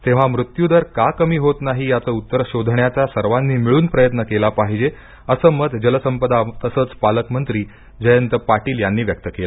तेव्हा म्रुत्युदर का कमी होत नाही याच उत्तर शोधण्याचा सर्वानी मिळून प्रयत्न केला पाहिजे असे मत जलसंपदा तसेच पालकमंत्री जयंत पाटील यांनी व्यक्त केले